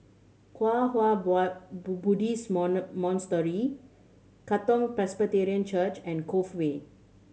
Kwang Hua Boy Buddhist Monastery Katong Presbyterian Church and Cove Way